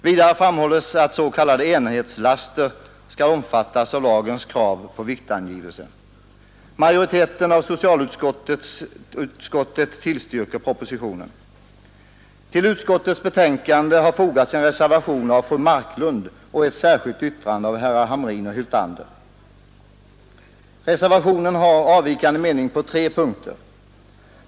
Vidare framhålles att s.k. enhetslaster skall omfattas av lagens krav på viktangivelse. Reservationen har avvikande mening på tre punkter.